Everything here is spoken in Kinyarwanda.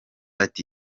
ati